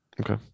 Okay